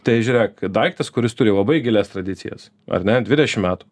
tai žiūrėk daiktas kuris turi labai gilias tradicijas ar ne dvidešim metų